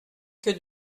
que